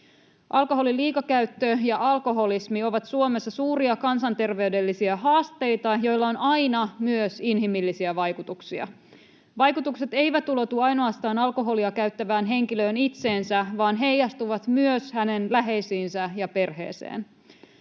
Alkoholin liikakäyttö ja alkoholismi ovat Suomessa suuria kansanterveydellisiä haasteita, joilla on aina myös inhimillisiä vaikutuksia. Vaikutukset eivät ulotu ainoastaan alkoholia käyttävään henkilöön itseensä vaan heijastuvat myös hänen läheisiinsä ja perheeseen.